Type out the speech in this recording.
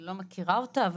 לא מכירה אותה.